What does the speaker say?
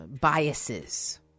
biases